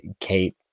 kate